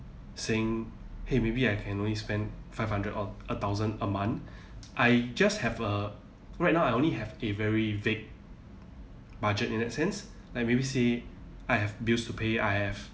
saying hey maybe I can only spend five hundred or a thousand a month I just have a right now I only have a very vague budget in that sense like maybe say I have bills to pay I have